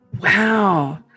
Wow